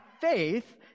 faith